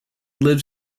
lives